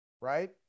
right